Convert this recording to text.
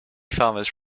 farmers